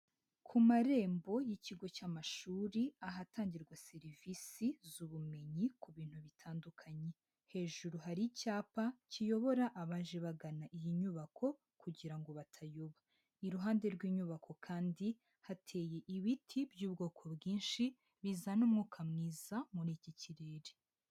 Ku marembo y'ikigo cy'amashuri ahatangirwa serivisi z'ubumenyi ku bintu bitandukanye, hejuru hari icyapa kiyobora abaje bagana iyi nyubako kugira ngo batayoba, iruhande rw'inyubako kandi hateye ibiti by'ubwoko bwinshi bizana umwuka mwiza muri iki kirere.